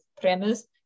premise